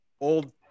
old